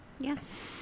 Yes